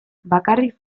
bakarrik